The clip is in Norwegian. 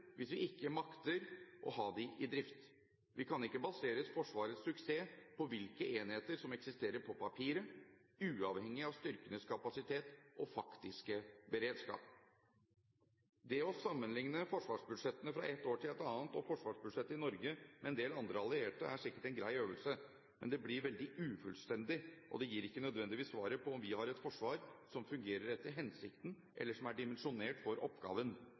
hvis vi ikke makter å ha dem i drift. Vi kan ikke basere Forsvarets suksess på hvilke enheter som eksisterer på papiret, uavhengig av styrkenes kapasitet og faktiske beredskap. Det å sammenligne forsvarsbudsjettene fra et år til et annet og forsvarsbudsjettet i Norge med en del andre alliertes er sikkert en grei øvelse, men det blir veldig ufullstendig. Det gir ikke nødvendigvis svaret på om vi har et forsvar som fungerer etter hensikten, eller som er dimensjonert for oppgaven.